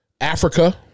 Africa